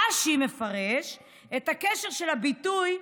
רש"י מפרש את ההקשר של הביטוי: